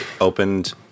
opened